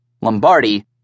Lombardi